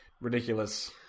ridiculous